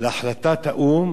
להחלטת האו"ם,